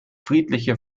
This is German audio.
friedliche